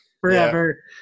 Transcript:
forever